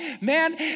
man